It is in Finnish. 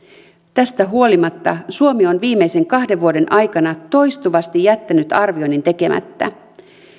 tästä huolimatta suomi on viimeisen kahden vuoden aikana toistuvasti jättänyt arvioinnin tekemättä